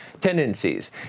tendencies